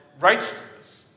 righteousness